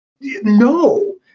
no